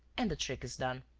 and the trick is done.